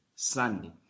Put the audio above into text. sunday